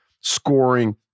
scoring